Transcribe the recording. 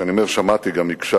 כשאני אומר "שמעתי", גם הקשבתי.